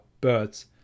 birds